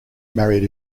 married